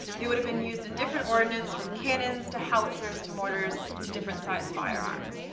they would have been used in different ordnance from cannons, to howitzers, to mortars, to different sized firearms.